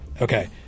Okay